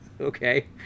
Okay